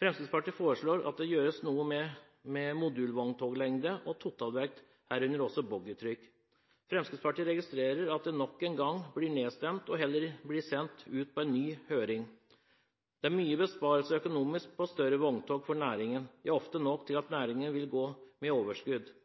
Fremskrittspartiet foreslår at det gjøres noe med modulvogntoglengde og totalvekt, herunder også boggitrykk. Fremskrittspartiet registrerer at det nok en gang blir nedstemt og heller sendt ut på en ny høring. Større vogntog er en stor økonomisk besparelse for næringen, ja ofte nok til at næringen vil gå med overskudd.